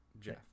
Jeff